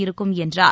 இருக்கும் என்றார்